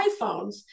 iPhones